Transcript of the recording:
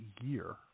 year